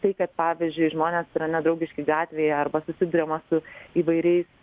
tai kad pavyzdžiui žmonės yra nedraugiški gatvėje arba susiduriama su įvairiais